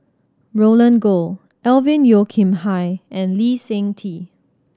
Roland Goh Alvin Yeo Khirn Hai and Lee Seng Tee